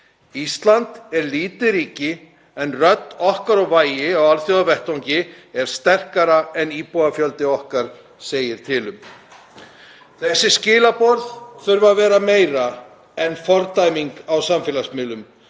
Ísland er lítið ríki en rödd okkar á vægi á alþjóðavettvangi, er sterkari en íbúafjöldinn segir til um. Þessi skilaboð þurfa að vera meira en fordæming á samfélagsmiðlum.